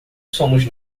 somos